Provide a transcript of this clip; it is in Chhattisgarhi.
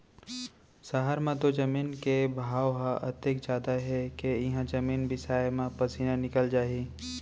सहर म तो जमीन के भाव ह अतेक जादा हे के इहॉं जमीने बिसाय म पसीना निकल जाही